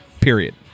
period